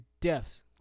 deaths